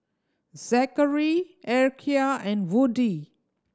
Zakary Erykah and Woodie